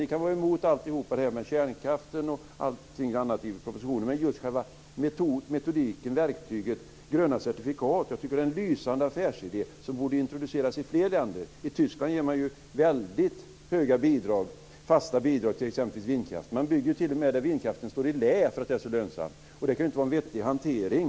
Ni kan vara emot allt det här med kärnkraften osv. i propositionen, men just själva metodiken, själva verktyget gröna certifikat, tycker jag är en lysande affärsidé som borde introduceras i fler länder. I Tyskland ger man väldigt höga fasta bidrag till exempelvis vindkraft. Man bygger t.o.m. där vindkraftverken står i lä därför att det är så lönsamt. Det kan ju inte vara en vettig hantering.